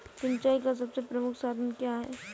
सिंचाई का सबसे प्रमुख साधन क्या है?